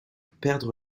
perdre